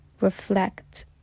reflect